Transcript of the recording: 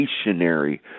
stationary